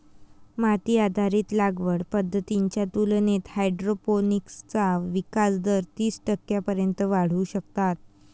माती आधारित लागवड पद्धतींच्या तुलनेत हायड्रोपोनिक्सचा विकास दर तीस टक्क्यांपर्यंत वाढवू शकतात